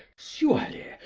surely,